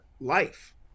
life